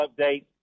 update